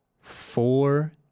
Four